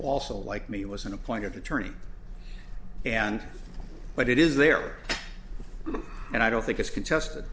also like me was an appointed attorney and but it is there and i don't think it's contested